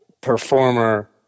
performer